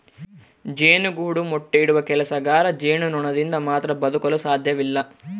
ಜೇನುಗೂಡು ಮೊಟ್ಟೆ ಇಡುವ ಕೆಲಸಗಾರ ಜೇನುನೊಣದಿಂದ ಮಾತ್ರ ಬದುಕಲು ಸಾಧ್ಯವಿಲ್ಲ